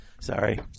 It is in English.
Sorry